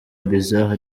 bizarre